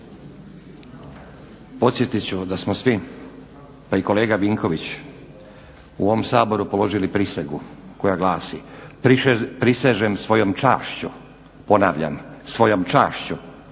Podsjetit ću da smo vi, pa i kolega Vinković u ovom saboru položili prisegu koja glasi prisežem svojoj čašću, ponavljam svojom čašću